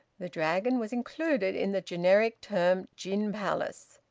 the dragon was included in the generic term gin-palace,